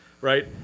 right